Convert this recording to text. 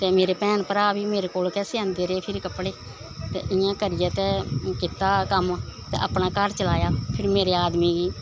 ते मेरे भैन भ्राऽ बी मेरे कोल गै सेआंदे रेह् फिर कपड़े ते इ'यां करियै ते कीता कम्म ते अपना घर चलाया ते फिर मेरे आदमी गी